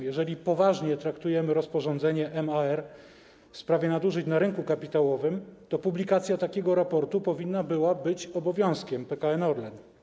Jeżeli poważnie traktujemy rozporządzenie MAR w sprawie nadużyć na rynku kapitałowym, to publikacja takiego raportu powinna być obowiązkiem PKN Orlen.